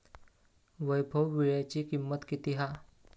वैभव वीळ्याची किंमत किती हा?